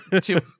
two